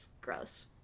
gross